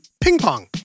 ping-pong